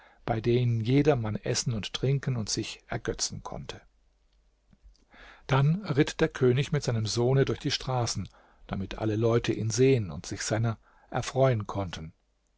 bei denen jedermann essen und trinken und sich ergötzen konnte dann ritt der könig mit seinem sohne durch die straßen damit alle leute ihn sehen und sich seiner erfreuen konnten